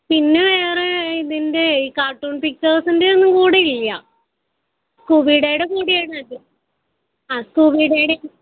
പിന്നെ വേറെ ഇതിൻ്റെ കാർട്ടൂൺ പിക്ച്ചേഴ്സിൻ്റെ കൂടെ ഇല്ല സ്കൂബി ഡേയുടെ കൂടെയാണ് അത് ആ സ്കൂബി ഡേയുടെ